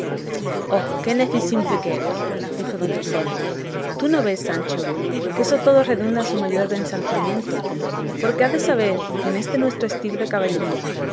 qué simple que eres dijo don quijote tú no ves sancho que eso todo redunda en su mayor ensalzamiento porque has de saber que en este nuestro estilo de caballería